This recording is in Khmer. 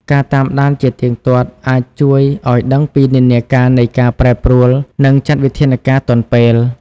ការតាមដានជាទៀងទាត់អាចជួយឱ្យដឹងពីនិន្នាការនៃការប្រែប្រួល និងចាត់វិធានការទាន់ពេល។